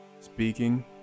speaking